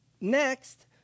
Next